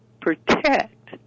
protect